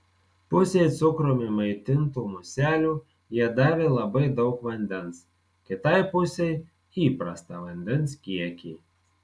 pusei cukrumi maitintų muselių jie davė labai daug vandens kitai pusei įprastą vandens kiekį